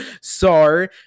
Sorry